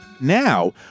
now